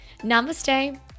namaste